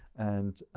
and,